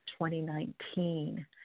2019